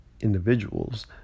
individuals